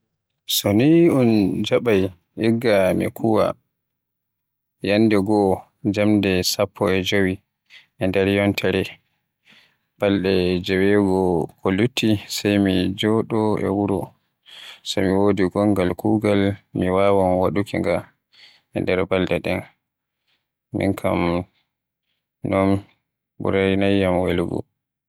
so ni un jaaɓai igga mi kuuwa nyande goo jamɗe sappo e jowi e nder yontere. balɗe jewogo ko lutti sai mi joɗo e wuro, so mi wodi gongal kuugal mi wawan waɗuki nga e nder balɗe ɗen. min kam non ma ɓuraanay yam welugo